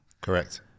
Correct